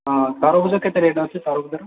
ହଁ ତରଭୁଜ କେତେ ରେଟ୍ ଅଛି ତରଭୁଜର